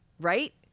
right